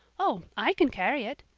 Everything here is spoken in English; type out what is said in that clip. oh, i can carry it,